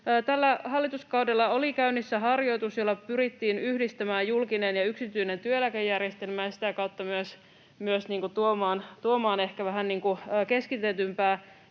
Tällä hallituskaudella oli käynnissä harjoitus, jolla pyrittiin yhdistämään julkinen ja yksityinen työeläkejärjestelmä ja sitä kautta myös tuomaan ehkä